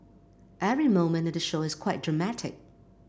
every moment in the show is quite dramatic